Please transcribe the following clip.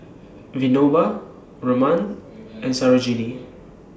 Vinoba Raman and Sarojini